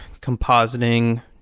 compositing